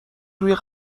روی